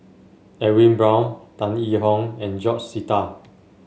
Edwin Brown Tan Yee Hong and George Sita